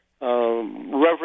reverend